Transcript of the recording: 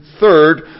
Third